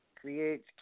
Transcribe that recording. Creates